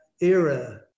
era